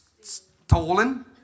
stolen